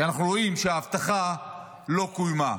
כי אנחנו רואים שההבטחה לא קוימה.